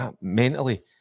Mentally